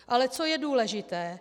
Ale co je důležité.